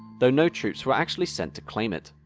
though no troops were actually sent to claim it.